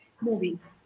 movies